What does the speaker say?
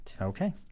Okay